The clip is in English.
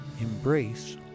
Embrace